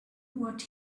what